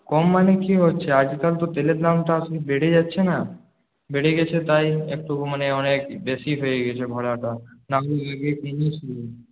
কম মানে কী হচ্ছে আজকাল তো তেলের দামটা আসলে বেড়ে যাচ্ছে না বেড়ে গিয়েছে তাই একটু মানে অনেক বেশি হয়ে গিয়েছে ভাড়াটা নাহলে